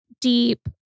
deep